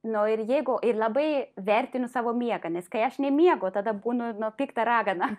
nu ir jeigu labai vertini savo miegą nes kai aš nemiegu tada būnu pikta ragana